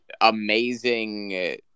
amazing